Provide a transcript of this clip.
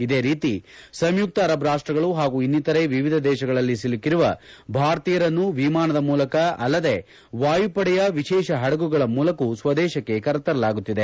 ಇದೇ ರೀತಿ ಸಂಯುಕ್ತ ಅರಬ್ ರಾಷ್ಟಗಳು ಹಾಗೂ ಇನ್ನಿತರೆ ವಿವಿಧ ದೇಶಗಳಲ್ಲಿ ಸಿಲುಕಿರುವ ಭಾರತೀಯರನ್ನು ವಿಮಾನದ ಮೂಲಕ ಅಲ್ಲದೇ ವಾಯುಪಡೆಯ ವಿಶೇಷ ಹದಗುಗಳ ಮೂಲಕವೂ ಸ್ವದೇಶಕ್ಕೆ ಕರೆತರಲಾಗುತ್ತಿದೆ